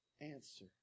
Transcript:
answer